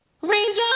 Ranger